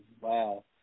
Wow